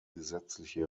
gesetzliche